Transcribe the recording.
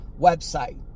website